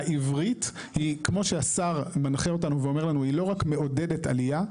העברית היא כמו שהשר מנחה אותנו ואומר לנו שהיא לא רק מעודדת עלייה,